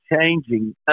changing